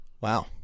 Wow